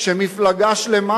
של מפלגה שלמה,